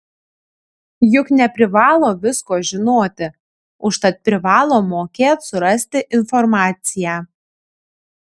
juk neprivalo visko žinoti užtat privalo mokėt surasti informaciją